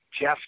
Jeff